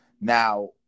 Now